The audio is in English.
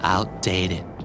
Outdated